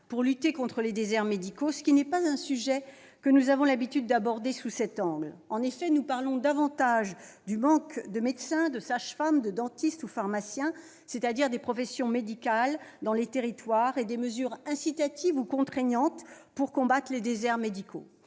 la lutte contre les déserts médicaux, sujet que nous n'avons pas l'habitude d'aborder sous cet angle. En effet, nous parlons davantage du manque de médecins, de sages-femmes, de dentistes ou de pharmaciens, c'est-à-dire des professions médicales, dans les territoires et des mesures incitatives ou contraignantes pour combattre les déserts médicaux.